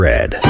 Red